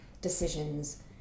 decisions